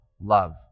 love